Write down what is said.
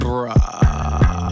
Bruh